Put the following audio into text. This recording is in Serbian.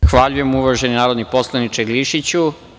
Zahvaljujem, uvaženi narodni poslaniče Glišiću.